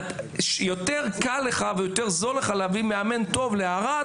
יותר קל לך ויותר זול לך להביא מאמן טוב לערד,